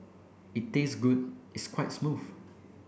it tastes good it's quite smooth